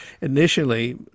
initially